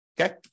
okay